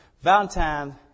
Valentine